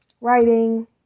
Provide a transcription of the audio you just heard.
writing